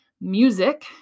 music